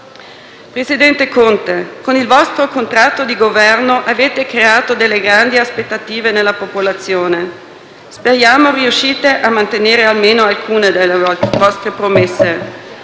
Presidente Conte, con il vostro contratto di Governo avete creato delle grandi aspettative nella popolazione. Speriamo riusciate a mantenere almeno alcune delle vostre promesse.